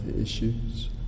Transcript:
issues